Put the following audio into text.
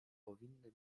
powinny